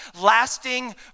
lasting